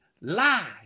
lie